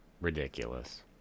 ridiculous